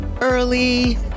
early